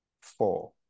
four